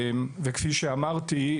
כפי שאמרתי,